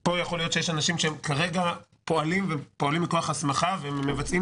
פה ייתכן שיש אנשים שפועלים מכוח הסמכה ומבצעים